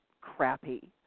crappy